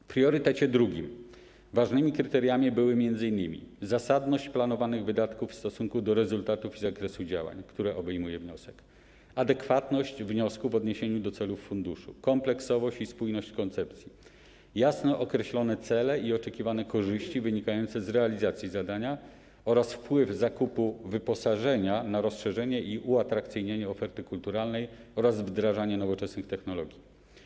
W priorytecie drugim ważnymi kryteriami były m.in. zasadność planowanych wydatków w stosunku do rezultatów i zakresu działań, które obejmuje wniosek, adekwatność wniosku w odniesieniu do celów funduszu, kompleksowość i spójność koncepcji, jasno określone cele i oczekiwane korzyści wynikające z realizacji zadania oraz wpływ zakupu wyposażenia na rozszerzenie i uatrakcyjnienie oferty kulturalnej oraz wdrażanie nowoczesnych technologii.